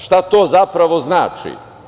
Šta to zapravo znači?